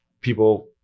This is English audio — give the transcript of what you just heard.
people